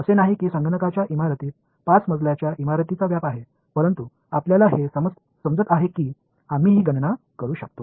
असे नाही की संगणकाच्या इमारतीत पाच मजल्यांच्या इमारतीचा व्याप आहे परंतु आपल्याला हे समजत आहे की आम्ही ही गणना करू शकतो